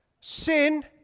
Sin